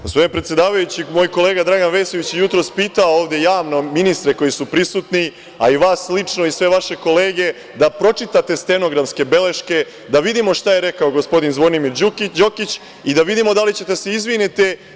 Gospodine predsedavajući, moj kolega Dragan Vesović je jutros pitao ovde javno ministre koji su prisutni, a i vas lično i sve vaše kolege da pročitate stenografske beleške, da vidimo šta je rekao gospodin Zvonimir Đokić i da vidimo da li ćete da se izvinite i ogradite…